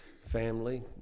family